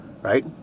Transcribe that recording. right